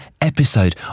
episode